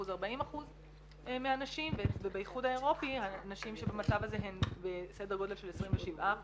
40%-33% מהנשים ובאיחוד האירופי הנשים שבמצב הזה הן סדר גודל של 27%